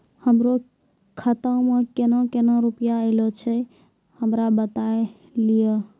हमरो खाता मे केना केना रुपैया ऐलो छै? हमरा बताय लियै?